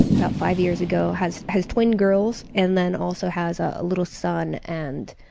about five years ago, has has twin girls and then also has a little son and,